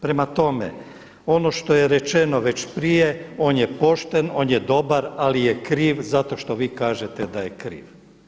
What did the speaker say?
Prema tome, ono što je rečeno već prije, on je pošten, on je dobar ali je kriv zato što vi kažete da je kriv.